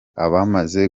abamaze